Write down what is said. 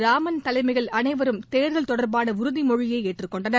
ராமன் தலைமையில் அனைவரும் தேர்தல் தொடர்பான உறுதிமொழியை ஏற்றுக் கொண்டனர்